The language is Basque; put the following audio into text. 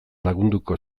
lagunduko